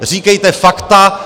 Říkejte fakta.